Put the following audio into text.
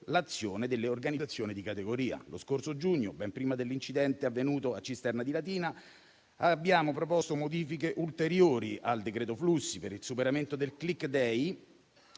l'azione delle organizzazioni di categoria. Lo scorso giugno, ben prima dell'incidente avvenuto a Cisterna di Latina, abbiamo proposto modifiche ulteriori al decreto flussi per il superamento del *click day*